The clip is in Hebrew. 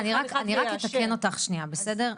אני רק אתקן אותך שנייה, בסדר?